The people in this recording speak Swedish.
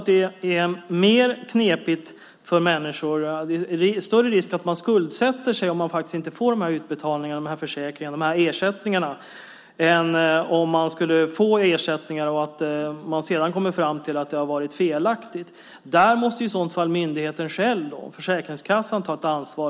Det är mer knepigt för människor, och det råder större risk att de skuldsätter sig, om de inte får utbetalningarna från försäkringarna, ersättningarna, än om de får ersättningar och det sedan kommer fram att de har varit felaktiga. Där måste myndigheten själv, Försäkringskassan, ta ett ansvar.